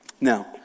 Now